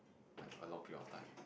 like a long period of time